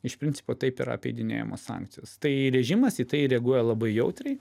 iš principo taip yra apeidinėjamos sankcijos tai režimas į tai reaguoja labai jautriai